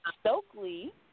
Stokely